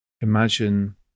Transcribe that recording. imagine